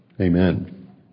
Amen